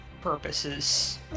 purposes